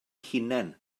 hunain